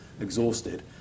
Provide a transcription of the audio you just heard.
exhausted